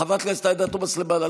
חברת הכנסת עאידה תומא סלימאן,